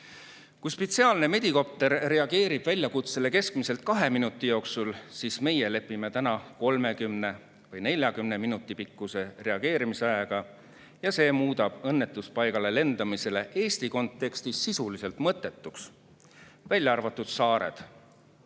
Kui spetsiaalne medikopter reageerib väljakutsele keskmiselt kahe minuti jooksul, siis meie lepime täna 30 või 40 minuti pikkuse reageerimisajaga ja see muudab õnnetuspaigale lendamise Eesti kontekstis sisuliselt mõttetuks, välja arvatud saared.